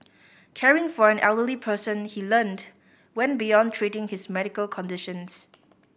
caring for an elderly person he learnt went beyond treating his medical conditions